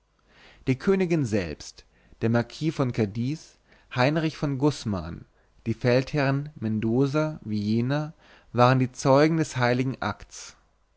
die königin selbst der marquis von cadix heinrich von gusman die feldherren mendoza villena waren die zeugen des heiligen akts